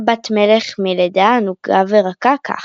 רק בת-מלך מלדה ענגה ורכה ככה.